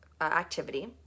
activity